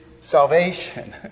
salvation